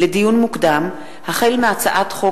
לדיון מוקדם: החל בהצעת חוק